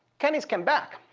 kenny's came back.